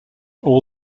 all